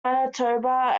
manitoba